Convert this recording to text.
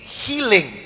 healing